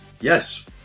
Yes